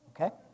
okay